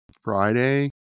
Friday